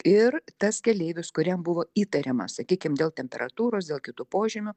ir tas keleivis kuriam buvo įtariama sakykim dėl temperatūros dėl kitų požymių